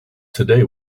today